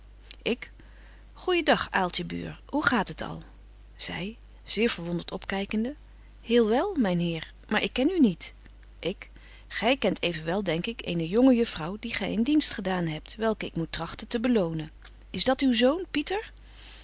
ik goejen dag aaltje buur hoe gaat het al zy zeer verwondert opkykende heel wel myn heer maar ik ken u niet ik gy kent evenwel denk ik eene jonge juffrouw die gy een dienst gedaan hebt welke ik moet trachten te belonen is dat uw zoon pieter